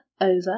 over